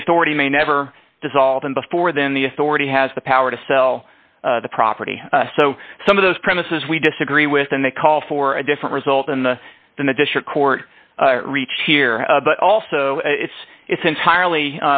the authority may never dissolve and before then the authority has the power to sell the property so some of those premises we disagree with and they call for a different result in the in the district court reach here but also it's it's entirely